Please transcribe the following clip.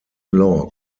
law